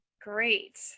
Great